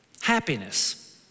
Happiness